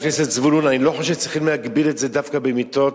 חבר הכנסת זבולון: אני לא חושב שצריך להגביל את זה דווקא במיטות,